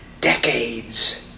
decades